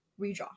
redraw